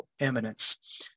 eminence